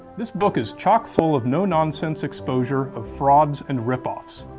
this book is chock full of no-nonsense exposure of frauds and rip-offs.